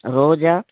రోజ